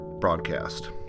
broadcast